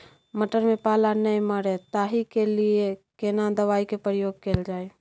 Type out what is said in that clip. मटर में पाला नैय मरे ताहि के लिए केना दवाई के प्रयोग कैल जाए?